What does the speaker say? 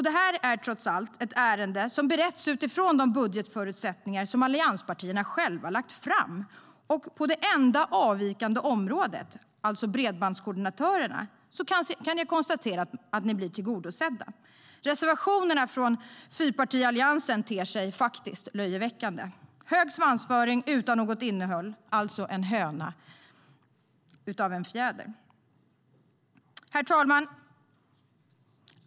Det här är trots allt ett ärende som beretts utifrån de budgetförutsättningar som allianspartierna själva lagt fram, och på det enda avvikande området, bredbandskoordinatorerna, kan jag konstatera att de blir tillgodosedda. Reservationerna från fyrpartialliansen ter sig faktiskt löjeväckande. Det är hög svansföring utan något innehåll. Man gör en höna av en fjäder. Herr talman!